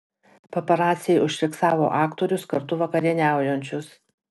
paparaciai užfiksavo aktorius kartu vakarieniaujančius